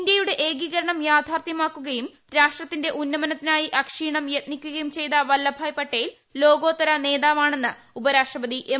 ഇന്ത്യയുടെ ഏകീകരണം യാഥാർത്ഥ്യമാക്കുകയും രാഷ്ട്രത്തിന്റെ ഉന്നമനത്തിനായി അക്ഷീണം യത്നിക്കുകയും ചെയ്ത വല്ലഭായ് പട്ടേൽ ലോകോത്തര നേതാവാണെന്ന് ഉപരാഷ്ട്രപതി എം